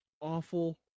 awful